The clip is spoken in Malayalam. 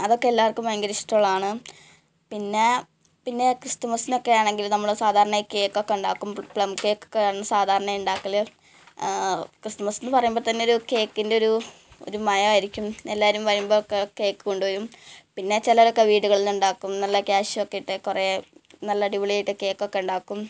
അതൊക്കെ എല്ലാവർക്കും ഭയങ്കര ഇഷ്ടമുള്ളതാണ് പിന്നെ പിന്നെ ക്രിസ്തുമസ്സിനൊക്കെ ആണെങ്കിൽ നമ്മൾ സാധാരണ കേക്കൊക്കെ ഉണ്ടാക്കും പ്ലം കേക്കൊക്കെയാണ് സാധാരണ ഉണ്ടാക്കൽ ക്രിസ്മസെന്ന് പറയുമ്പം തന്നെ ഒരു കേക്കിൻ്റെ ഒരു ഒരു മയം ആയിരിക്കും എല്ലാവരും വരുമ്പോഴൊക്കെ കേക്ക് കൊണ്ട് വരും പിന്നെ ചിലവരൊക്കെ വീടുകളിൽ നിന്നുണ്ടാക്കും നല്ല ക്യാശു ഒക്കെയിട്ട് നല്ല അടിപൊളിയായിട്ട് കേക്കൊക്കെ ഉണ്ടാക്കും